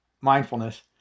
mindfulness